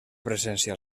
presència